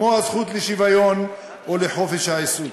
כמו הזכות לשוויון ולחופש העיסוק.